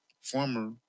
former